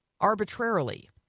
arbitrarily